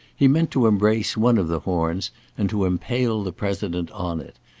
he meant to embrace one of the horns and to impale the president on it,